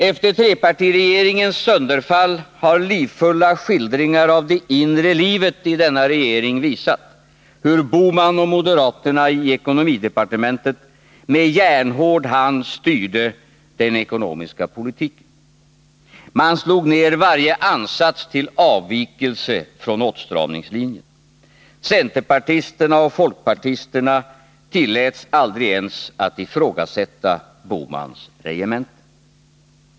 Efter trepartiregeringens sönderfall har livfulla skildringar av det inre livet i denna regering visat hur Gösta Bohman och moderaterna i ekonomidepartementet med järnhård hand styrde den ekonomiska politiken. Man slog ned varje ansats till avvikelse från åtstramningslinjen. Centerpartisterna och folkpartisterna tilläts aldrig ens att ifrågasätta Gösta Bohmans regemente.